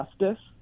justice